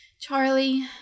Charlie